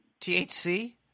THC